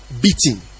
beating